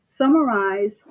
Summarize